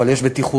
אבל יש בטיחות